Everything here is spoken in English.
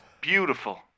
beautiful